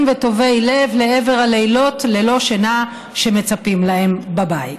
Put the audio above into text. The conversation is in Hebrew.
וטובי לב לעבר הלילות ללא שינה שמצפים להם בבית.